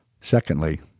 Secondly